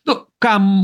nu kam